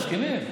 הם מסכימים.